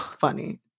Funny